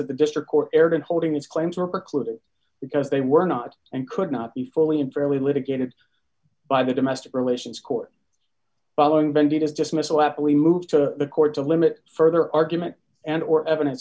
that the district court erred in holding these claims were precluded because they were not and could not be fully and fairly litigated by the domestic relations court following bandidos dismissal after we moved to the court to limit further argument and or evidence